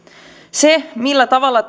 se millä tavalla